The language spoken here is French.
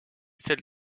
celle